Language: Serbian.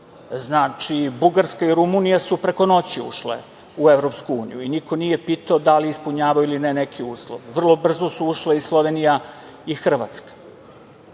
Znači, Bugarska i Rumunija su preko noći ušle u EU i niko nije pitao da li ispunjavaju ili ne neke uslove. Vrlo brzo su ušle Slovenija i Hrvatska. Politička